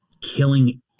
killing